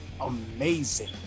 amazing